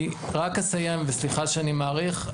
אני רק אסיים וסליחה שאני מאריך,